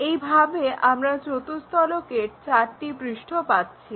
এইভাবে আমরা চতুস্তলকের চারটি পৃষ্ঠ পাচ্ছি